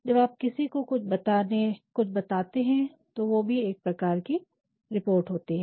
जब आप किसी को कुछ बताते हैं तो वह भी एक प्रकार की रिपोर्ट होती है